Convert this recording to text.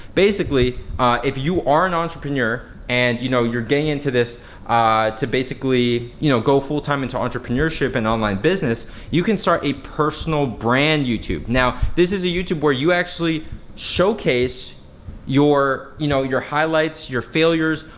basically if you are an entrepreneur and you know you're getting into this to basically you know go full time into entrepreneurship and online business, you can start a personal brand youtube. now this is a youtube where you actually showcase your you know your highlights, your failures,